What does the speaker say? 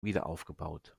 wiederaufgebaut